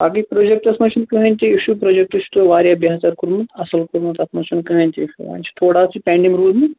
باقٕے پرٛوجیکٹس منٛز چھُنہٕ کٕہیٖنٛۍ تہِ اِشِوٗ پرٛوجیکٹ چھُو تۅہہِ واریاہ بَہتر کوٚرمُت اصٕل کوٚرمُت اتھ منٛز چھَنہٕ کِہیٖنٛۍ تہِ اِشوٗ وۅنۍ چھُ تھوڑا چھُ پیٚنٛڈِنٛگ روٗدمُت